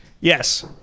yes